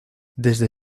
desde